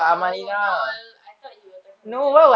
oh oh LOL I thought you were talking about like